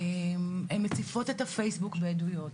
הן מציפות את הפייסבוק בעדויות,